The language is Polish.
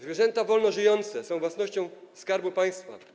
Zwierzęta wolno żyjące są własnością Skarbu Państwa.